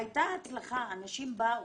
הייתה הצלחה, הנשים באו.